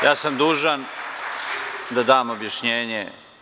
Ja sam dužan da dam objašnjenje.